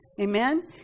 Amen